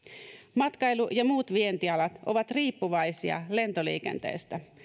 matkailu ja muut vientialat alat ovat riippuvaisia lentoliikenteestä